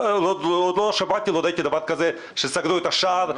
עוד לא ראיתי דבר כזה, שסגרו את השער.